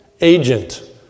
agent